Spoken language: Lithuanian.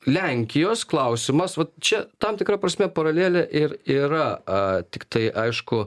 lenkijos klausimas čia tam tikra prasme paralelė ir yra a tiktai aišku